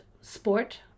sport